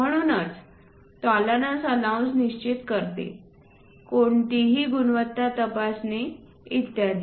म्हणूनच tolerance allowance निश्चित करते कोणतीही गुणवत्ता तपासणी इत्यादी